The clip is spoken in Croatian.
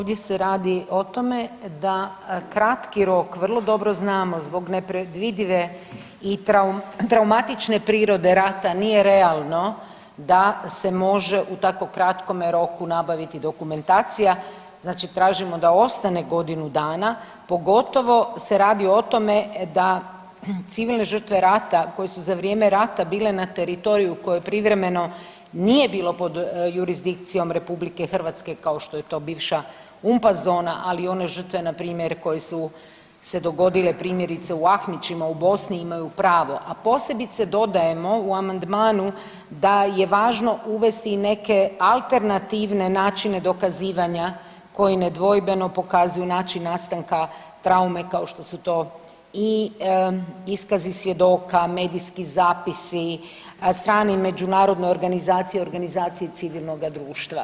Ovdje se radi o tome da kratki rok vrlo dobro znamo zbog nepredvidive i traumatične prirode rata nije realno da se može u tako kratkome roku nabaviti dokumentacija, znači tražimo da ostane godinu dana, pogotovo se radi o tome da civilne žrtve rata, koje su za vrijeme rata bile na teritoriju koje je privremeno nije bilo pod jurisdikcijom RH, kao što je to bivša UNPA zona, ali one žrtve npr. koje su se dogodile, primjerice u Ahmićima u Bosni, imaju pravo, a posebice dodajemo u amandmanu da je važno uvesti i neke alternativne načine dokazivanja koje nedvojbeno pokazuju način nastanka traume kao što su to i iskazi svjedoka, medijski zapisi, strani međunarodne organizacije i organizacije civilnoga društva.